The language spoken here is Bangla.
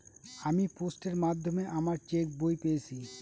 আমি পোস্টের মাধ্যমে আমার চেক বই পেয়েছি